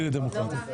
ביום רביעי.